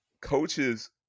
coaches